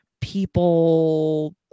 people